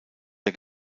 der